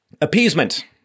Appeasement